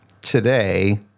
today